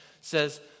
says